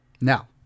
Now